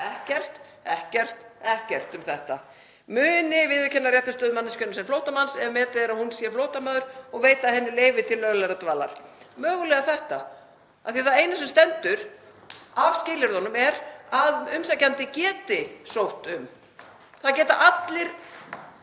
…“— ekkert, ekkert um þetta — „e. muni viðurkenna réttarstöðu manneskjunnar sem flóttamanns, ef metið er að hún sé flóttamaður, og veita henni leyfi til löglegrar dvalar …“ Mögulega um þetta, af því að það eina sem stendur af skilyrðunum er að umsækjandi geti sótt um. Það geta allir